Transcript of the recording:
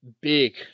Big